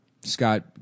Scott